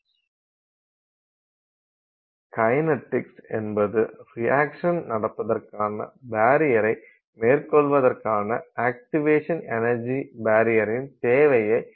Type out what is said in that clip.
kinetics என்பது reaction நடப்பதற்கான பரியரை மேற்கொள்வதற்கான அக்டிவேஷன் எனர்ஜி பரியரின் தேவையை முதன்மையாக வலியுறுத்துகிறது